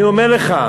אני אומר לך,